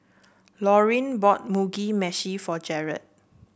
Laurine bought Mugi Meshi for Jarod